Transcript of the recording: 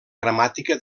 gramàtica